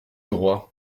droit